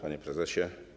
Panie Prezesie!